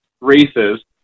races